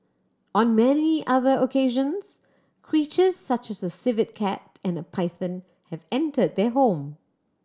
on many other occasions creature such as a civet cat and a python have entered their home